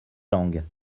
langues